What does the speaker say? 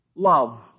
Love